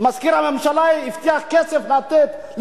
מזכיר הממשלה, הבטיח לתת כסף ל"פסילדן",